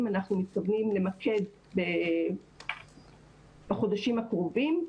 אנחנו מתכוונים למקד בחודשים הקרובים.